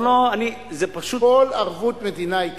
לא, זה פשוט, כל ערבות מדינה היא תקציב.